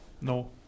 No